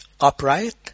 Upright